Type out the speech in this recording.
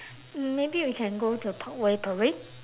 mm maybe we can go to parkway parade